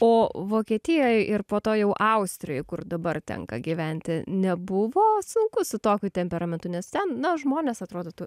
o vokietijoj ir po to jau austrijoj kur dabar tenka gyventi nebuvo sunku su tokiu temperamentu nes ten na žmonės atrodytų